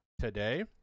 today